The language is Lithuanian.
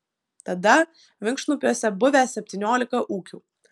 tada vinkšnupiuose buvę septyniolika ūkių